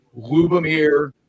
Lubomir